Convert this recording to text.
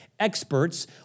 Experts